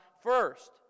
first